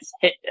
hit